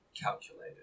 calculated